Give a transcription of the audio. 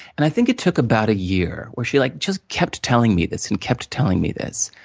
and, i think it took about a year, where she like just kept telling me this and kept telling me this.